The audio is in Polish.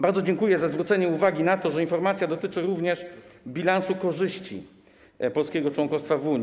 Bardzo dziękuję za zwrócenie uwagi na to, że informacja dotyczy również bilansu korzyści polskiego członkostwa w Unii.